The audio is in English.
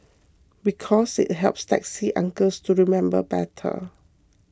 because it helps taxi uncles to remember better